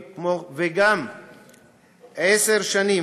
וגם ויזות לעשר שנים,